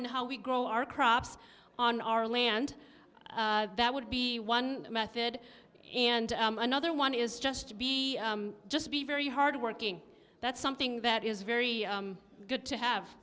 in how we grow our crops on our land that would be one method and another one is just to be just be very hardworking that's something that is very good to have